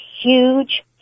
huge